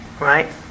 Right